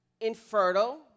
infertile